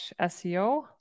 SEO